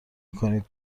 نمیکنید